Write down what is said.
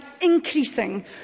increasing